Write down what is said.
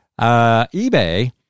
eBay